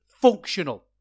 functional